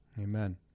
Amen